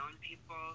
people